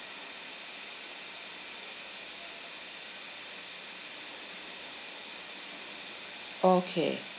okay